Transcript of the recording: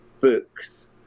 books